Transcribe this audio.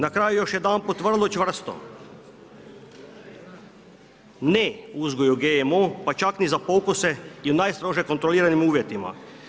Na kraju još jedanput vrlo čvrsto ne uzgoju GMO pa čak ni za pokuse i u najstrože kontroliranim uvjetima.